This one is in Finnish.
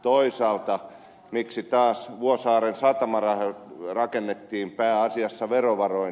toisaalta miksi taas vuosaaren satama rakennettiin pääasiassa verovaroin